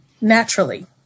naturally